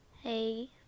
Hey